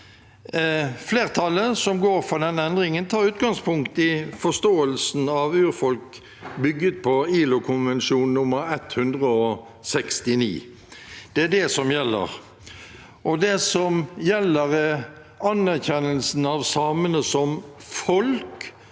Flertallet, som går for denne endringen, tar utgangspunkt i forståelsen av urfolk bygget på ILO-konvensjon nr. 169. Det er det som gjelder. Det som gjelder, er anerkjennelsen av samene som folk